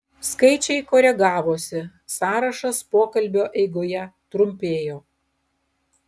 skaičiai koregavosi sąrašas pokalbio eigoje trumpėjo